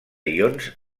ions